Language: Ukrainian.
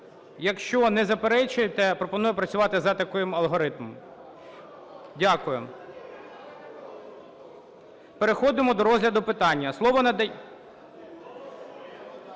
Якщо не заперечуєте, пропоную працювати за таким алгоритмом. Дякую. Переходимо до розгляду питання. Слово надається…